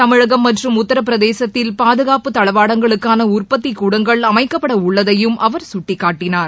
தமிழகம் மற்றும் உத்தரப்பிரதேசத்தில் பாதுகாப்பு தளவாடங்களுக்கான உற்பத்தி கூடங்கள் அமைக்கப்படவுள்ளதையும் அவர் சுட்டிக்காட்டினார்